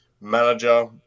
manager